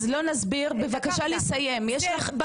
בבקשה, אני רוצה לסיים.